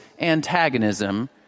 antagonism